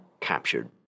captured